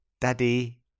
Daddy